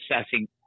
assessing